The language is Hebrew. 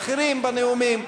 ואחרים בנאומים,